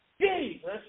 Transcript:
Jesus